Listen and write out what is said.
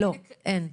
לא, אין.